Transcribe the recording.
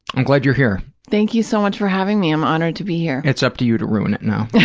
i'm glad you're here. thank you so much for having me. i'm honored to be here. it's up to you to ruin it now. yeah